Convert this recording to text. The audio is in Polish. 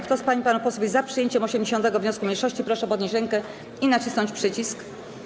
Kto z pań i panów posłów jest za przyjęciem 80. wniosku mniejszości, proszę podnieść rękę i nacisnąć przycisk.